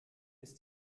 ist